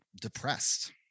depressed